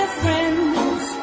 friends